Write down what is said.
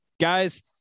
Guys